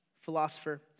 philosopher